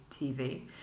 TV